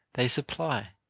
they supply,